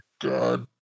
god